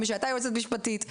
כמי שהייתה יועצת משפטית,